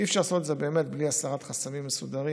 אי-אפשר לעשות את זה בלי הסרת חסמים מסודרים,